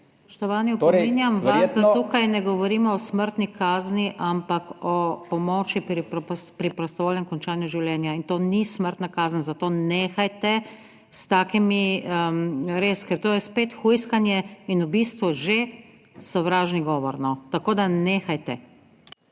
Spoštovani, opominjam vas, da tukaj ne govorimo o smrtni kazni, ampak o pomoči pri prostovoljnem končanju življenja in to ni smrtna kazen. Zato nehajte s takimi, res, ker to je spet hujskanje in v bistvu že sovražni govor. Tako, da nehajte.